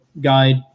guide